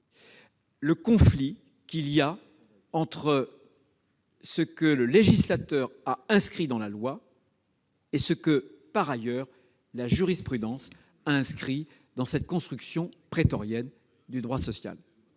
le conflit entre ce que le législateur a prévu dans la loi et ce que la jurisprudence a inscrit dans cette construction prétorienne du droit social